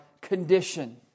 condition